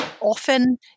often